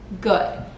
good